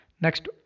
Next